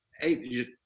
hey